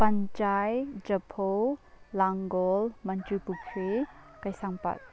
ꯄꯟꯆꯥꯏ ꯖꯐꯧ ꯂꯥꯡꯒꯣꯜ ꯃꯟꯇ꯭ꯔꯤꯄꯨꯈ꯭ꯔꯤ ꯀꯩꯁꯥꯝꯄꯥꯠ